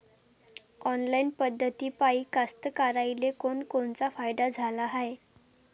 Online पद्धतीपायी कास्तकाराइले कोनकोनचा फायदा झाला हाये?